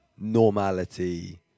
normality